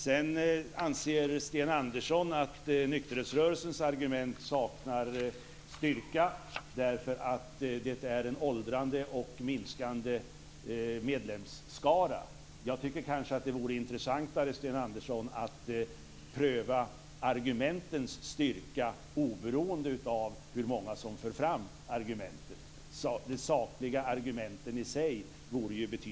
Sten Andersson anser vidare att argumenten från nykterhetsrörelsen saknar styrka därför att den rörelsen har en åldrande och minskande medlemsskara. Jag tycker att det vore betydligt intressantare att pröva argumentens styrka oberoende av hur många som för fram dem.